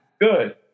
Good